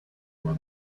where